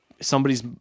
somebody's